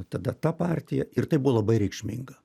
tada ta partija ir tai buvo labai reikšminga